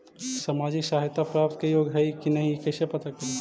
सामाजिक सहायता प्राप्त के योग्य हई कि नहीं कैसे पता करी?